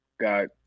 got